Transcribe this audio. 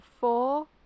four